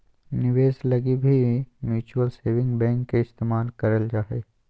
निवेश लगी भी म्युचुअल सेविंग बैंक के इस्तेमाल करल जा हय